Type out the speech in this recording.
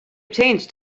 obtained